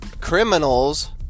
criminals